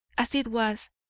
as it was,